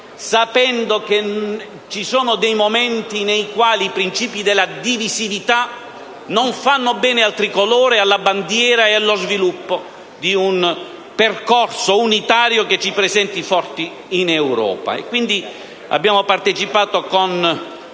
sapendo che ci sono momenti nei quali i principi della divisività non fanno bene alla bandiera tricolore e allo sviluppo di un percorso unitario che ci presenti forti in Europa. Abbiamo quindi partecipato con